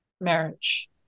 marriage